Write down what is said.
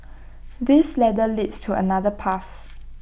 this ladder leads to another path